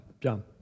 John